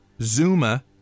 Zuma